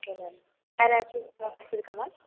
okay ma'am வேறு எதாச்சும் process இருக்கா மேம்